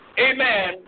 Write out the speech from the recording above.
Amen